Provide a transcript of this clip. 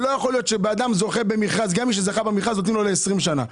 לא יכול להיות שלמי שזכה במכרז נותנים את זה ל-20 שנה.